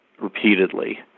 repeatedly